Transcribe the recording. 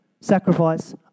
sacrifice